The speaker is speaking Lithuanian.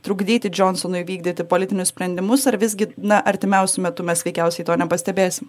trukdyti džonsonui vykdyti politinius sprendimus ar visgi na artimiausiu metu mes veikiausiai to nepastebėsim